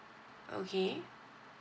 okay